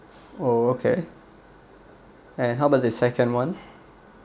oh okay and how about the second one